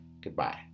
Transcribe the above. Goodbye